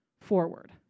forward